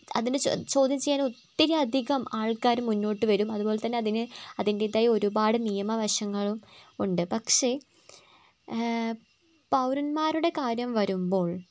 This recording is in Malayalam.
അതിനെ ചോദ്യം ചോദ്യം ചെയ്യാൻ ഒത്തിരി അധികം ആൾക്കാർ മുന്നോട്ട് വരും അതുപോലെ തന്നെ അതിന് അതിൻ്റെതായ ഒരുപാട് നിയമ വശങ്ങളും ഉണ്ട് പക്ഷേ പൗരന്മാരുടെ കാര്യം വരുമ്പോൾ